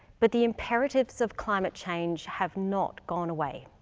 but the imperatives of climate change have not gone away.